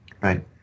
right